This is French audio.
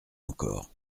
encore